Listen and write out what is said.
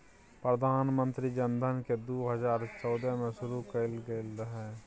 प्रधानमंत्री जनधन योजना केँ दु हजार चौदह मे शुरु कएल गेल रहय